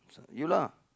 so you lah